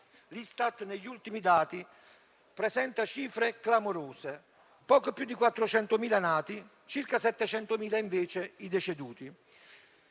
L'Istat negli ultimi dati presenta cifre clamorose: poco più di 400.000 nati annui, circa 700.000, invece, i deceduti.